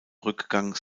rückgang